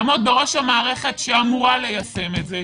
את הזכות לעמוד בראש המערכת שאמורה ליישם את זה,